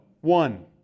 one